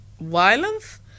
violence